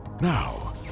Now